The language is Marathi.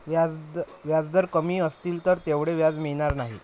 व्याजदर कमी असतील तर तेवढं व्याज मिळणार नाही